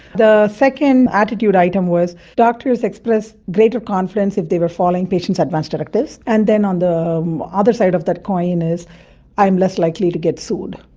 the second attitude item was doctors expressed greater confidence if they were following patients' advance directives. and then on the other side of that coin is i'm less likely to get sued.